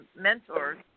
mentors